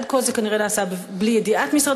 עד כה זה כנראה נעשה בלי ידיעת משרד